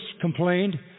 complained